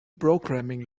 programming